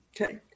okay